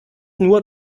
nur